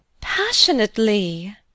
Passionately